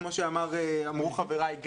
כמו שאמרו חבריי,